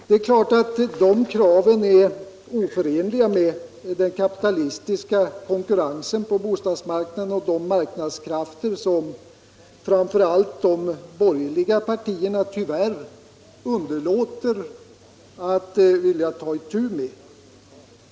Det är klart att de kraven är oförenliga med den kapitalistiska konkurrensen på bostadsmarknaden och de marknadskrafter som framför allt de borgerliga partierna tyvärr inte vill ta itu med.